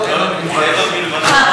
קריית-גת,